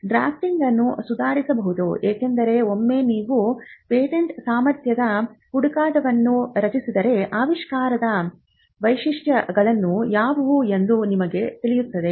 drafting ಅನ್ನು ಸುಧಾರಿಸಬಹುದು ಏಕೆಂದರೆ ಒಮ್ಮೆ ನೀವು ಪೇಟೆಂಟ್ ಸಾಮರ್ಥ್ಯದ ಹುಡುಕಾಟವನ್ನು ರಚಿಸಿದರೆ ಆವಿಷ್ಕಾರದ ವೈಶಿಷ್ಟ್ಯಗಳು ಯಾವುವು ಎಂದು ನಿಮಗೆ ತಿಳಿಯುತ್ತದೆ